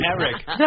Eric